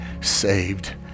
saved